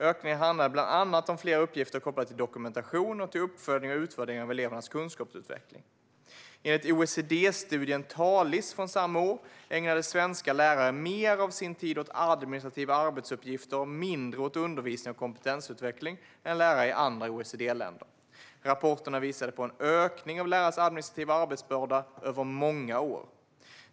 Ökningen handlade bland annat om fler uppgifter kopplade till dokumentation och till uppföljning och utvärdering av elevernas kunskapsutveckling. Enligt OECD-studien Talis från samma år ägnade svenska lärare mer av sin tid åt administrativa arbetsuppgifter och mindre åt undervisning och kompetensutveckling än lärare i andra OECD-länder. Rapporterna visade på en ökning av lärares administrativa arbetsbörda över många år.